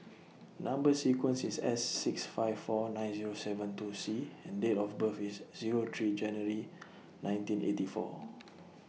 Number sequence IS S six five four nine Zero seven two C and Date of birth IS Zero three January nineteen eighty four